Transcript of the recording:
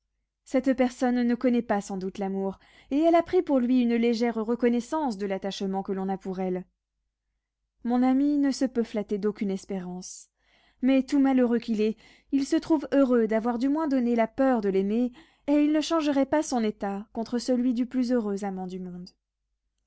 cette personne ne connaît pas sans doute l'amour et elle a pris pour lui une légère reconnaissance de l'attachement que l'on a pour elle mon ami ne se peut flatter d'aucune espérance mais tout malheureux qu'il est il se trouve heureux d'avoir du moins donné la peur de l'aimer et il ne changerait pas son état contre celui du plus heureux amant du monde